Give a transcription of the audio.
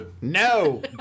No